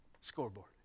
scoreboard